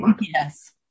Yes